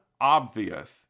obvious